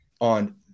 on